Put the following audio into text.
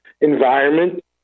environment